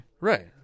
Right